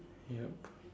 yup